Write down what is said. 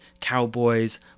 cowboys